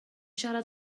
siarad